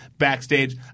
backstage